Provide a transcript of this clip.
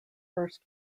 first